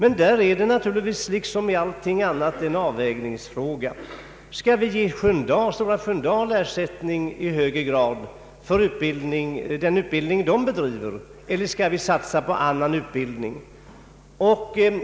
Här ställs vi dock liksom i andra sammanhang inför en avvägningsfråga: Skall vi ge Stora Sköndal en större ersättning för den utbildning som bedrivs där, eller skall vi satsa på annan utbildning?